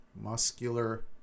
muscular